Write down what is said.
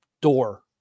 door